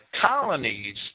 colonies